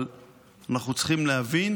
אבל אנחנו צריכים להבין